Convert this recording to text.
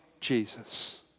Jesus